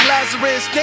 Lazarus